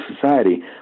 society